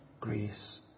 grace